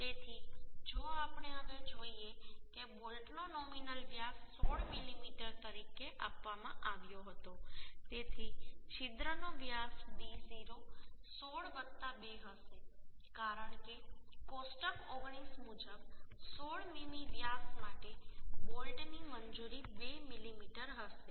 તેથી જો આપણે હવે જોઈએ કે બોલ્ટનો નોમિનલ વ્યાસ 16 મીમી તરીકે આપવામાં આવ્યો હતો તેથી છિદ્રનો વ્યાસ d0 16 2 હશે કારણ કે કોષ્ટક 19 મુજબ 16 મીમી વ્યાસ માટે બોલ્ટની મંજૂરી 2 મીમી હશે